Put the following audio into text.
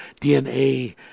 DNA